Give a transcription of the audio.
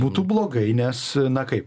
būtų blogai nes na kaip